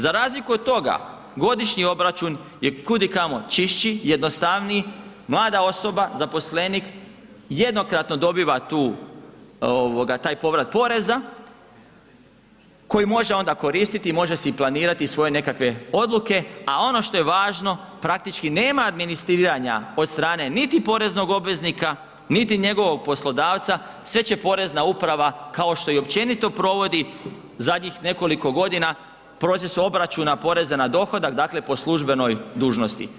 Za razliku od toga, godišnji obračun je kudikamo čišći, jednostavniji, mlada osoba, zaposlenik, jednokratno dobiva taj povrat poreza koji može onda koristiti i može si planirati svoje nekakve odluke a ono što je važno, praktički nema administriranja od strane niti poreznog obveznika, niti njegovog poslodavca, sve će porezna uprava kao što i općenito provodi zadnjih nekoliko godina, proces obračuna poreza na dohodak, dakle po službenoj dužnosti.